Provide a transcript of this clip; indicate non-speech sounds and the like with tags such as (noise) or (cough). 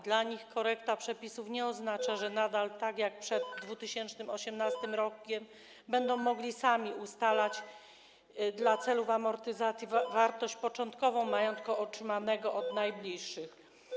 Dla nich korekta przepisów nie oznacza, (noise) że nadal, tak jak przed 2018 r., będą mogli sami ustalać dla celów amortyzacji wartość początkową majątku otrzymanego od najbliższych.